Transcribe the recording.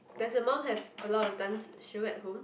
does your mum have a lot of dance shoe at home